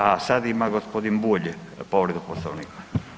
A sad ima g. Bulj povredu Poslovnika.